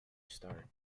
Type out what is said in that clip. start